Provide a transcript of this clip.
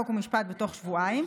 חוק ומשפט בתוך שבועיים,